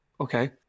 Okay